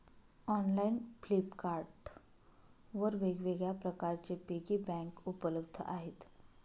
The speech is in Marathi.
ऑनलाइन फ्लिपकार्ट वर वेगवेगळ्या प्रकारचे पिगी बँक उपलब्ध आहेत